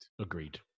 agreed